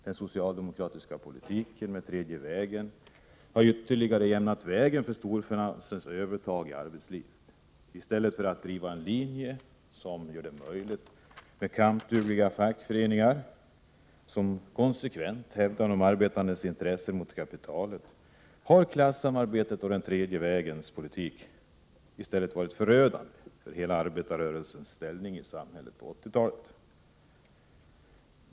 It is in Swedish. Den socialdemokratiska politiken, den tredje vägens politik, har ytterligare jämnat vägen för storfinansens övertag i arbetslivet. I stället för att driva en linje som gjort det möjligt för kampdugliga fackföreningar att konsekvent hävda de arbetandes intressen mot kapitalet, har klassamarbetet och den tredje vägens politik varit förödande för hela arbetarrörelsens ställning i samhället på 1980-talet.